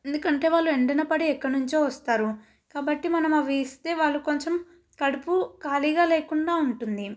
ఎందుకంటే వాళ్ళు ఎండన పడి ఎక్కడి నుంచో వస్తారు కాబట్టి మనం అవి ఇస్తే వాళ్ళు కొంచెం కడుపు ఖాళీగా లేకుండా ఉంటుంది